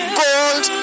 gold